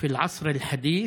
משני עברי הקו הירוק,